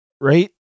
right